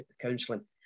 counselling